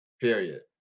Period